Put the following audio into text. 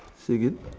say again